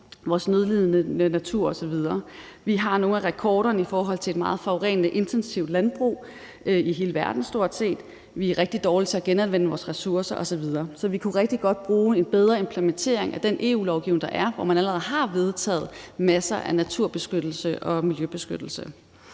vores nødlidende natur osv. Vi har stort set nogle af rekorderne i forhold til et meget forurenende intensivt landbrug i hele verden, og vi er rigtig dårlige til at genanvende vores ressourcer osv. Så vi kunne rigtig godt bruge en bedre implementering af den EU-lovgivning, der er, og hvor man allerede har vedtaget masser af naturbeskyttelse og miljøbeskyttelse.